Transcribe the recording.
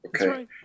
Okay